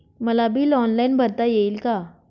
मला bill online भरता येईल का?